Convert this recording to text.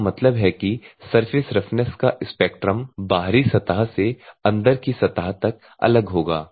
इसका मतलब है कि सर्फेस रफनेस का स्पेक्ट्रम बाहरी सतह से अंदर की सतह तक अलग होगा